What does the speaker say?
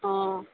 অঁ